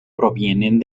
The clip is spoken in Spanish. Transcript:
provienen